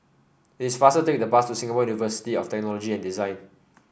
it's faster to take the bus to Singapore University of Technology and Design